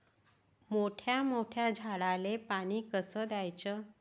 मोठ्या मोठ्या झाडांले पानी कस द्याचं?